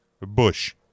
Bush